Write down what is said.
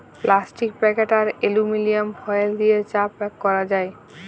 plastic packet আর aluminium foil দিয়ে চা প্যাক ক্যরা যায়